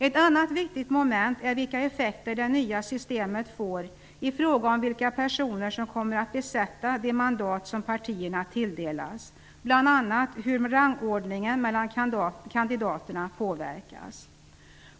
Ett annat viktigt moment är vilka effekter det nya systemet får i fråga om vilka personer som kommer att besätta de mandat som partierna tilldelas, bl.a. hur rangordningen mellan kandidaterna påverkas.